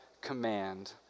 command